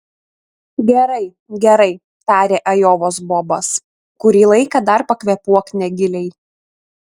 gerai gerai tarė ajovos bobas kurį laiką dar pakvėpuok negiliai